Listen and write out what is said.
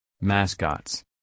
Mascots